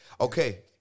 Okay